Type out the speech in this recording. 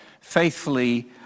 faithfully